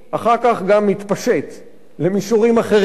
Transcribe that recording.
אחר כך מתפשט גם למישורים אחרים.